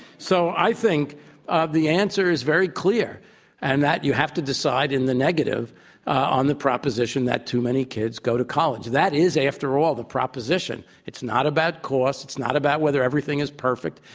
so i think ah the answer is very clear and that you have to decide in the negative on the proposition that too many kids go to college. that is after all the proposition, it's not about costs, it's not about whether everything is perfect,